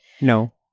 No